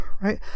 right